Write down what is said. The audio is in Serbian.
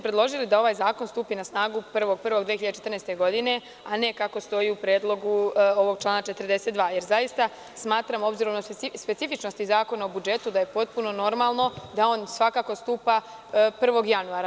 Predložili smo da ovaj zakon stupi na snagu 1. januara 2014. godine, a ne kako stoji u predlogu ovog člana 42, jer zaista smatramo, obzirom da su specifičnosti Zakona o budžetu, da je potpuno normalno da on svakako stupa 1. januara.